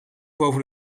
boven